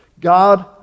God